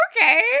Okay